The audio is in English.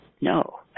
no